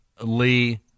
lee